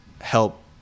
help